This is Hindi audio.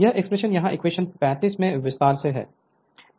यह एक्सप्रेशन यहाँ इक्वेशन 35 में विस्तार से है